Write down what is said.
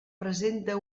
presenta